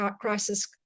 crisis